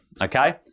okay